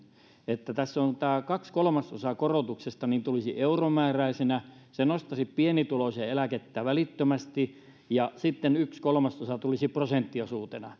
että tässä kaksi kolmasosaa korotuksesta tulisi euromääräisenä se nostaisi pienituloisen eläkettä välittömästi ja sitten yksi kolmasosaa tulisi prosenttiosuutena